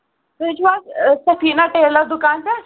تُہۍ چھِو حظ سٔفیٖنہ ٹیلر دُکان پٮ۪ٹھ